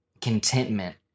contentment